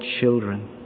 children